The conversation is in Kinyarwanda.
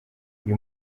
uyu